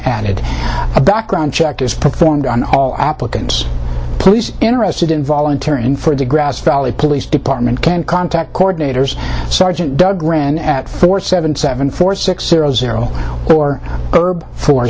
added a background check is performed on all applicants please interested in volunteering for the grass valley police department can contact coordinators sergeant doug ran at four seven seven four six zero zero